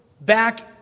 back